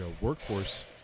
workforce